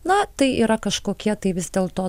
na tai yra kažkokie tai vis dėlto